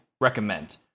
recommend